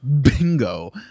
bingo